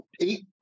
eight